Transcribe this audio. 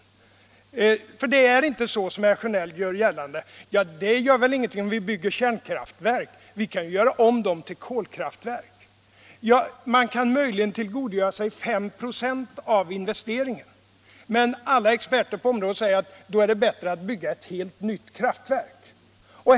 Det är nämligen inte så, som herr Sjönell gör gällande, att det inte gör någonting om vi bygger kärnkraftverk, för vi kan göra om dem till kolkraftverk. Man kan därigenom möjligen tillgodogöra sig 5 96 av investeringen, men alla experter på området säger att då är det bättre att bygga ett helt nytt kraftverk.